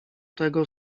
tego